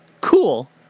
cool